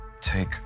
Take